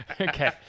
Okay